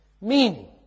Meaning